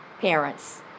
parents